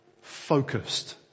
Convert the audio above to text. focused